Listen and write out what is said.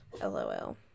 LOL